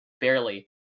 barely